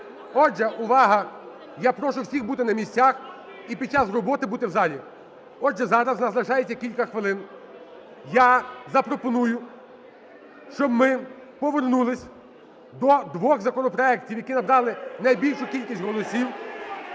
отже, увага, я прошу всіх бути на місцях і під час роботи бути в залі. Отже, зараз у нас лишається кілька хвилин. Я запропоную, щоб ми повернулись до двох законопроектів, які нам дали найбільшу кількість голосів,